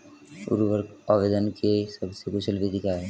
उर्वरक आवेदन की सबसे कुशल विधि क्या है?